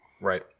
right